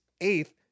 eighth